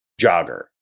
jogger